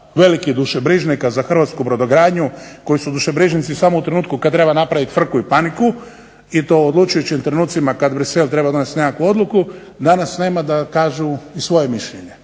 velikih dušebrižnika za hrvatsku brodogradnju koji su dužebrižnici samo u trenutku kada treba napraviti frku i paniku i to u odlučujućim trenucima da Bruxelles treba donijeti nekakvu odluku, danas nema da kažu i svoje mišljenje.